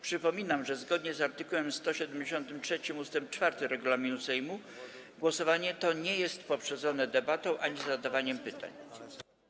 Przypominam, że zgodnie z art. 173 ust. 4 regulaminu Sejmu głosowanie to nie jest poprzedzone debatą ani zadawaniem pytań.